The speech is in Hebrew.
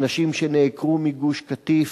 אנשים שנעקרו מגוש-קטיף,